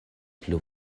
plu